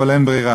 אבל אין ברירה.